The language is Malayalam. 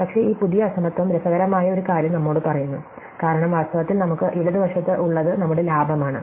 പക്ഷേ ഈ പുതിയ അസമത്വം രസകരമായ ഒരു കാര്യം നമ്മോട് പറയുന്നു കാരണം വാസ്തവത്തിൽ നമുക്ക് ഇടതുവശത്ത് ഉള്ളത് നമ്മുടെ ലാഭമാണ്